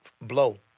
blow